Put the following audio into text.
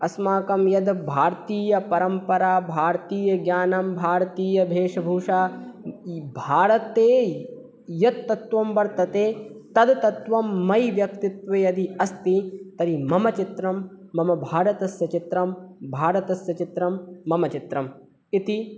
अस्माकं यद् भारतीयपरम्परा भारतीयज्ञानं भारतीयवेशभूषा भारते यत् तत्त्वं वर्तते तद् तत्त्वं मयि व्यक्तित्वे यदि अस्ति तर्हि मम चित्रं मम भारतस्य चित्रं भारतस्य चित्रं मम चित्रम् इति